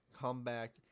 comeback